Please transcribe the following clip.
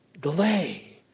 delay